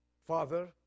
father